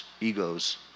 egos